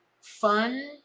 fun